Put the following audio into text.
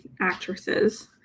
actresses